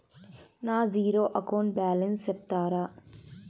నా zero account balance సెప్తారా?